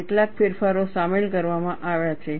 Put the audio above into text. કેટલાક ફેરફારો સામેલ કરવામાં આવ્યા છે